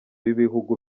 b’ibihugu